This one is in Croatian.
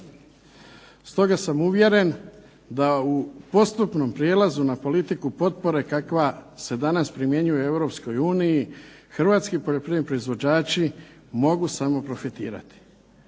Stoga sam uvjeren da u postupnom prijelazu na politiku potpore kakva se danas primjenjuje u Europskoj uniji hrvatski poljoprivredni proizvođači mogu samo profitirati.